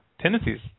tendencies